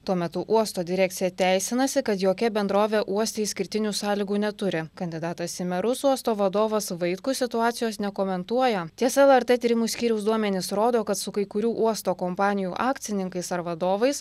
tuo metu uosto direkcija teisinasi kad jokia bendrovė uoste išskirtinių sąlygų neturi kandidatas į merus uosto vadovas vaitkus situacijos nekomentuoja tiesa lrt tyrimų skyriaus duomenys rodo kad su kai kurių uosto kompanijų akcininkais ar vadovais